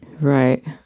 Right